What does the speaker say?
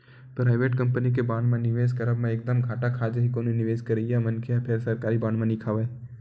private company के bond म निवेस करब म एक दम घाटा खा जाही कोनो निवेस करइया मनखे ह फेर सरकारी बांड म नइ खावय